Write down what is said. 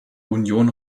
union